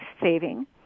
saving